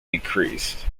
decreased